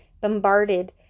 bombarded